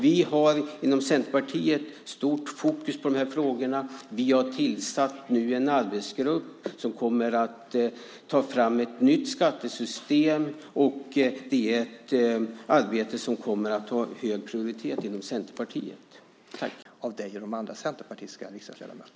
Vi har inom Centerpartiet stort fokus på de här frågorna. Vi har nu tillsatt en arbetsgrupp som kommer att ta fram ett nytt skattesystem, och det är ett arbete som kommer att ha hög prioritet inom Centerpartiet.